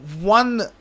one